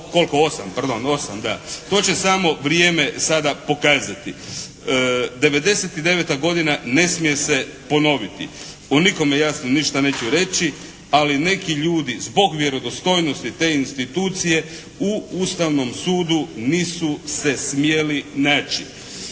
To će samo vrijeme sada pokazati. '99. godina ne smije se ponoviti. O nikome jasno ništa neću reći, ali neki ljudi zbog vjerodostojnosti te institucije u Ustavnom sudu nisu se smjeli naći.